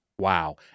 Wow